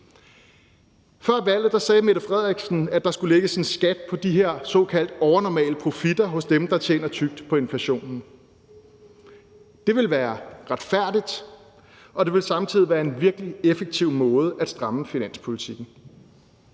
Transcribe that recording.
Før valget sagde statsministeren, at der skulle lægges en skat på de her såkaldt overnormale profitter hos dem, der tjener tykt på inflationen. Det ville være retfærdigt, og det ville samtidig være en virkelig effektiv måde at stramme finanspolitikken